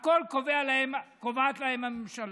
את הכול קובעת להן הממשלה,